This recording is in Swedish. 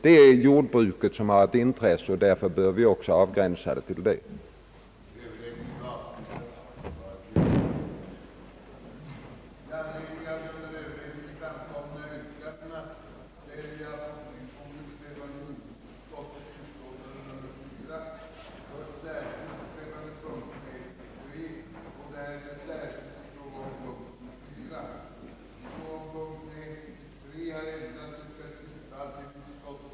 Det är jordbruket som har ett sådant intresse, och därför bör vi också avgränsa avgiften till att gälla jordbruksfrö.